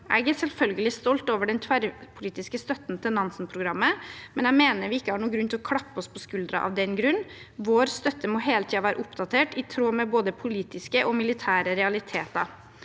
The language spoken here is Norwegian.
Jeg er selvfølgelig stolt over den tverrpolitiske støtten til Nansen-programmet, men jeg mener vi ikke har noen grunn til å klappe oss på skulderen av den grunn. Vår støtte må hele tiden være oppdatert i tråd med både politiske og militære realiteter.